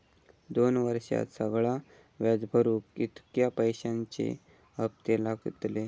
दोन वर्षात सगळा व्याज भरुक कितक्या पैश्यांचे हप्ते लागतले?